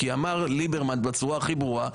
כי ליברמן אמר בצורה הכי ברורה,